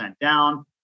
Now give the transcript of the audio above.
down